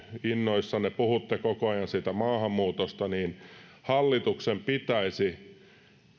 innoissanne puhutte koko ajan siitä maahanmuutosta että hallituksen pitäisi